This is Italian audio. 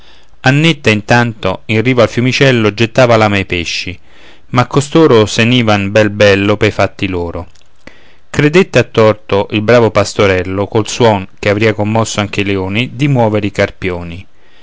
annetta intanto in riva al fiumicello gettava l'amo ai pesci ma costoro sen ivano bel bello pei fatti loro credette a torto il bravo pastorello col suon che avria commosso anche i leoni di muovere i carpioni